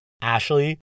Ashley